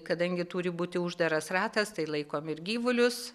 kadangi turi būti uždaras ratas tai laikom ir gyvulius